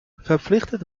verpflichtet